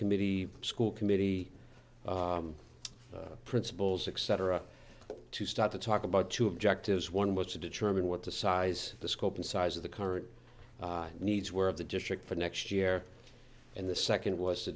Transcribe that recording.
committee school committee principals successor to start to talk about two objectives one was to determine what the size the scope and size of the current needs were of the district for next year and the second was to